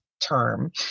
term